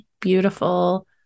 beautiful